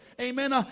Amen